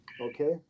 Okay